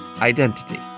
identity